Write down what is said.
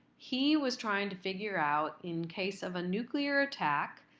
he was trying to figure out, in case of a nuclear attack,